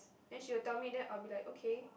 then she will tell me then I will be like okay